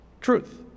truth